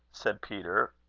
said peter,